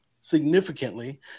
significantly